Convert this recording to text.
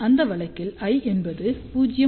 அந்த வழக்கில் l என்பது 0